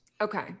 Okay